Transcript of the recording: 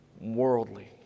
worldly